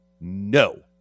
no